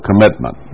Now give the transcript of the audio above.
commitment